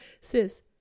Sis